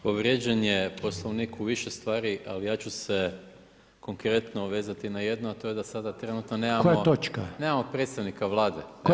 Povrijeđen je Poslovnik u više stvari, ali ja ću se konkretno vezati na jedno, a to je da sada trenutno nemamo [[Upadica Reiner: Koja točka?.]] nemamo predstavnika Vlade.